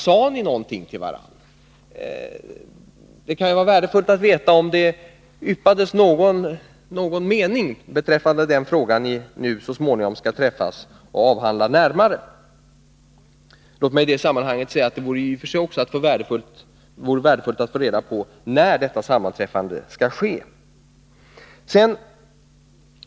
Sade ni någonting till varandra? Det kan ju vara värdefullt att veta om det yppades någon mening beträffande den fråga ni nu så småningom skall träffas och avhandla närmare. Låt mig i det sammanhanget säga att det i och för sig också vore värdefullt att få reda på när detta sammanträffande skall ske.